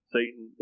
Satan